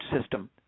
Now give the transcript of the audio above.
system